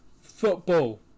Football